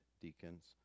deacons